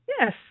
Yes